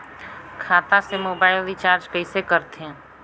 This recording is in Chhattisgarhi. खाता से मोबाइल रिचार्ज कइसे करथे